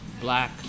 black